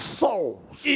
souls